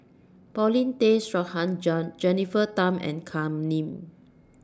Paulin Tay Straughan John Jennifer Tham and Kam Ning